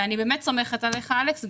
אני באמת סומכת עליך אלכס.